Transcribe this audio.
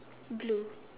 blue